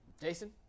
Jason